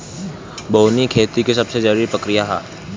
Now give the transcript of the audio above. बोअनी खेती के सबसे जरूरी प्रक्रिया हअ